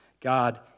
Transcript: God